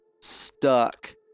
stuck